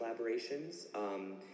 collaborations